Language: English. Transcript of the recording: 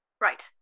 Right